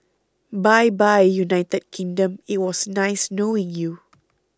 bye bye United Kingdom it was nice knowing you